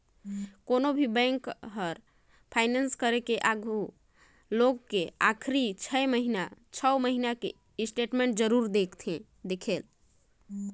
कोनो भी बेंक हर फाइनेस करे के आघू मइनसे के आखरी छे महिना के स्टेटमेंट जरूर देखथें